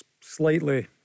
slightly